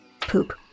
poop